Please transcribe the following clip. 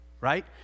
right